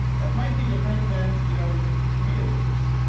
that might be different than you know tomato juice.